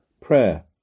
Prayer